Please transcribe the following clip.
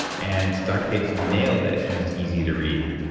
and dr. cate's nailed it, and it's easy to read.